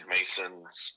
Mason's